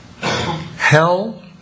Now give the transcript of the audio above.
Hell